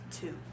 two